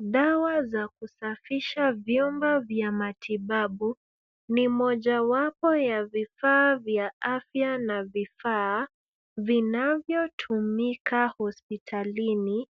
Dawa za kusafisha vyombo vya matibabu ni mojawapo ya vifaa vya afya na vifaa, vinavyotumika hospitalini